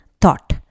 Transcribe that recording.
thought